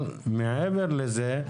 אבל מעבר לזה,